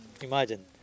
Imagine